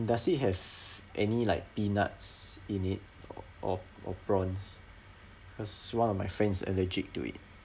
does it have any like peanuts in it or or or prawns cause one of my friends allergic to it